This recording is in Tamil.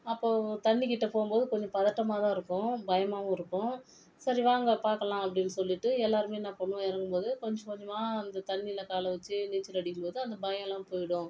அப்போது தண்ணி கிட்ட போகும்போது கொஞ்சம் பதட்டமாகதான் இருக்கும் பயமாகவும் இருக்கும் சரி வாங்க பார்க்கலாம் அப்படின்னு சொல்லிட்டு எல்லாருமே என்ன பண்ணுவோம் இறங்கும் போது கொஞ்ச கொஞ்சமாக அந்த தண்ணியில் காலை வச்சு நீச்சல் அடிக்கும் போது அந்த பயலாம் போய்விடும்